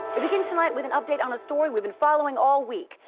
we begin tonight with an update on the story we've been following all week.